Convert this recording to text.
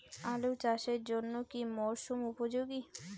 আলু চাষের জন্য কি মরসুম উপযোগী?